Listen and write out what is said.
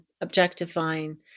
objectifying